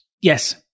Yes